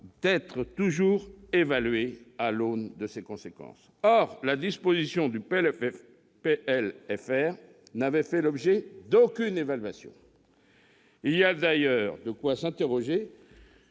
doit toujours être évalué à l'aune de ses conséquences. Or la disposition du PLFR n'avait fait l'objet d'aucune évaluation. Il y a d'ailleurs de quoi s'interroger